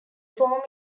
form